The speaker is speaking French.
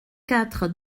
quatre